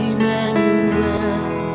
Emmanuel